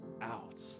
out